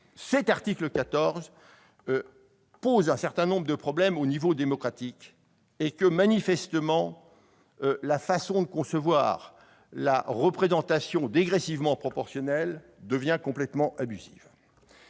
de Lisbonne, qui pose un certain nombre de problèmes d'un point de vue démocratique : manifestement, la façon de concevoir la représentation dégressivement proportionnelle devient complètement abusive.